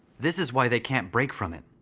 this is why they can't break from it.